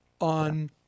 on